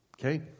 Okay